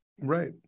Right